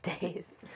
days